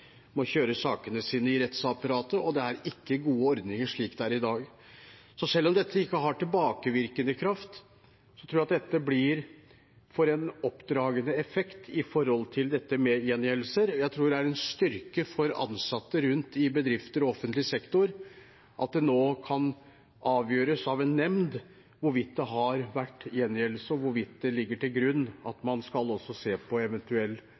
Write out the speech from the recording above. sakene sine i rettsapparatet, og det er ikke gode ordninger slik det er i dag. Så selv om dette ikke har tilbakevirkende kraft, tror jeg at dette får en oppdragende effekt med tanke på gjengjeldelser. Jeg tror det er en styrke for ansatte rundt i bedrifter og offentlig sektor at det nå kan avgjøres av en nemnd hvorvidt det har vært gjengjeldelse, og hvorvidt det ligger til grunn at man skal se på